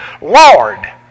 Lord